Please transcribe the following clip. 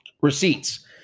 receipts